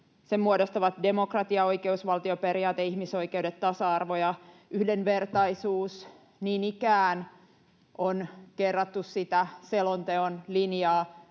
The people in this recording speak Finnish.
sen muodostavat demokratia, oikeusvaltioperiaate, ihmisoikeudet, tasa-arvo ja yhdenvertaisuus. Niin ikään on kerrattu sitä selonteon linjaa